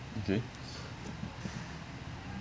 okay